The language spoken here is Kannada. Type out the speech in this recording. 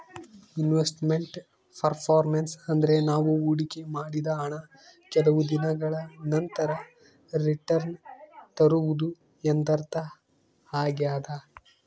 ಇನ್ವೆಸ್ಟ್ ಮೆಂಟ್ ಪರ್ಪರ್ಮೆನ್ಸ್ ಅಂದ್ರೆ ನಾವು ಹೊಡಿಕೆ ಮಾಡಿದ ಹಣ ಕೆಲವು ದಿನಗಳ ನಂತರ ರಿಟನ್ಸ್ ತರುವುದು ಎಂದರ್ಥ ಆಗ್ಯಾದ